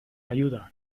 ayuda